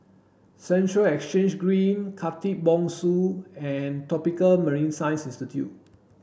Central Exchange Green Khatib Bongsu and Tropical Marine Science Institute